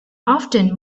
often